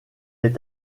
est